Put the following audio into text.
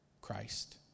Christ